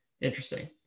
Interesting